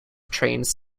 trains